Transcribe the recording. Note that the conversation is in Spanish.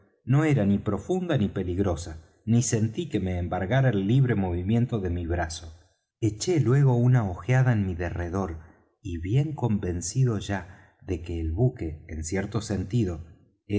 no era ni profunda ni peligrosa ni sentí que me embargara el libre movimiento de mi brazo eché luego una ojeada en mi derredor y bien convencido ya de que el buque en cierto sentido